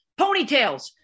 ponytails